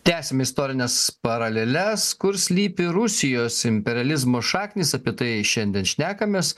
tęsiam istorines paraleles kur slypi rusijos imperializmo šaknys apie tai šiandien šnekamės